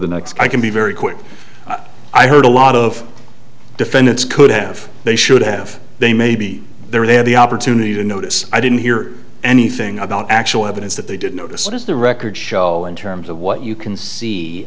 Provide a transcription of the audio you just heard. the next i can be very quick i heard a lot of defendants could have they should have they maybe there they had the opportunity to notice i didn't hear anything about actual evidence that they did notice that is the record show in terms of what you can see